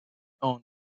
owned